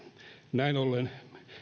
näin ollen